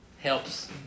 helps